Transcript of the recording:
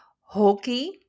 Hockey